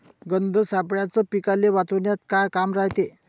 गंध सापळ्याचं पीकाले वाचवन्यात का काम रायते?